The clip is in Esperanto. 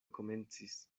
komencis